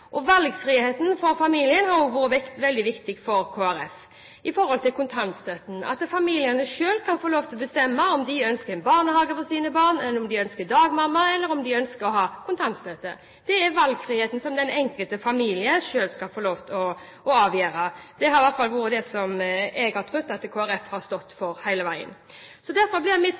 hovedsetet. Valgfriheten for familien har vært veldig viktig for Kristelig Folkeparti også når det gjelder kontantstøtten – at familiene selv kan få lov til å bestemme om de ønsker barnehage til sine barn, om de ønsker dagmamma, eller om de ønsker kontantstøtte. Det er valgfrihet, det den enkelte familie selv skal få lov til å avgjøre. Det har i hvert fall vært det jeg har trodd Kristelig Folkeparti har stått for hele veien. Derfor gjelder mitt